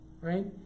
right